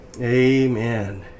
amen